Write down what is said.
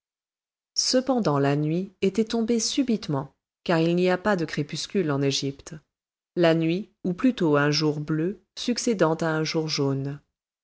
cependant la nuit était tombée subitement car il n'y a pas de crépuscule en égypte la nuit ou plutôt un jour bleu succédant à un jour jaune